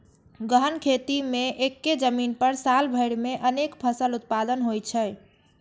गहन खेती मे एक्के जमीन पर साल भरि मे अनेक फसल उत्पादन होइ छै